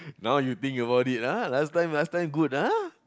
now you think about it ah last time last time good ah